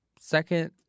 Second